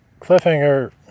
Cliffhanger